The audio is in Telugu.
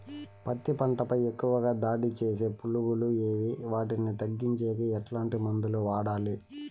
పత్తి పంట పై ఎక్కువగా దాడి సేసే పులుగులు ఏవి వాటిని తగ్గించేకి ఎట్లాంటి మందులు వాడాలి?